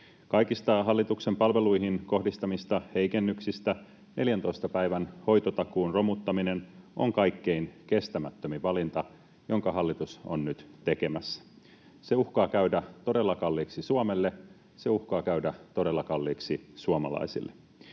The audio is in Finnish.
Kaikista hallituksen palveluihin kohdistamista heikennyksistä 14 päivän hoitotakuun romuttaminen on kaikkein kestämättömin valinta, jonka hallitus on nyt tekemässä. Se uhkaa käydä todella kalliiksi Suomelle, se uhkaa käydä todella kalliiksi suomalaisille.